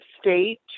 state